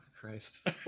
Christ